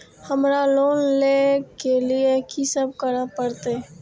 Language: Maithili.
हमरा लोन ले के लिए की सब करे परते?